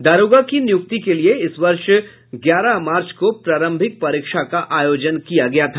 दारोगा की नियुक्ति के लिए इस वर्ष ग्यारह मार्च को प्रारंभिक परीक्षा का आयोजन किया गया था